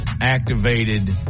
activated